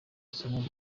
isomwa